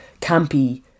campy